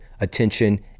attention